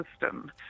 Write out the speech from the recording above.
system